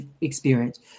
experience